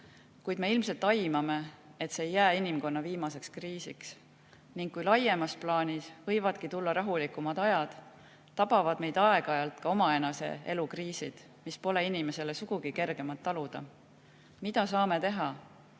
Kuid me ilmselt aimame, et see ei jää inimkonna viimaseks kriisiks. Ning kui laiemas plaanis võivadki tulla rahulikumad ajad, tabavad meid aeg-ajalt ka omaenese elu kriisid, mis pole inimesele sugugi kergemad taluda. Mida saame teha,